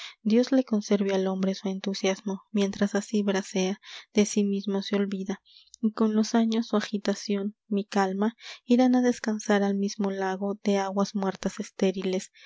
dios le conserve al hombre su entusiasmo mientras así bracea de sí mismo se olvida y con los años su agitación mi calma irán a descansar al mismo lago de aguas muertas estériles